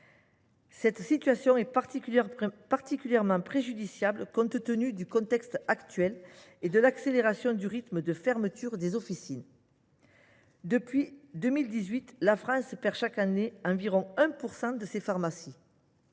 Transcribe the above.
Cette situation est particulièrement préjudiciable dans le contexte actuel, marqué par l’accélération du rythme de fermeture des officines. Depuis 2018, la France perd chaque année environ 1 % de ses pharmacies.